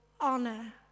honor